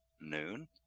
noon